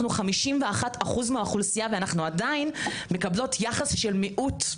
אנחנו 51% מהאוכלוסייה ואנחנו עדיין מקבלות יחס של מיעוט,